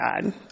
God